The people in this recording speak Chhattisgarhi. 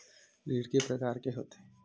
ऋण के प्रकार के होथे?